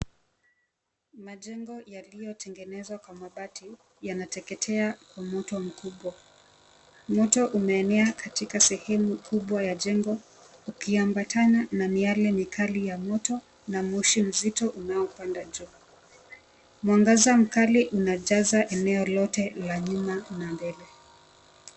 Majengo yaliyotengenezwa kwa mabati yanateketea kwa moto mkubwa. Moto umeenea katika sehemu kubwa ya jengo ukiambatana na miale mikali ya moto na moshi mzito unaopanda juu. Mwangaza mkali unajaza eneo lote la nyuma na mbele.